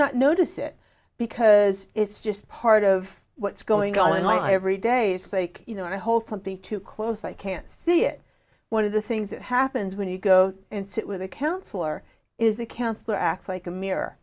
not notice it because it's just part of what's going on in my every day it's like you know i hold something too close i can't see it one of the things that happens when you go and sit with a counselor is the counselor acts like a mirror